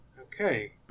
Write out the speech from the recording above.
okay